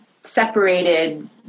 separated